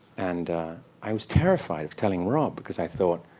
and i was terrified of telling rob, because i thought,